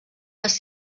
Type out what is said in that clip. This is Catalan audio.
les